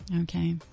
Okay